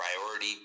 priority